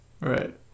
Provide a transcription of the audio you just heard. right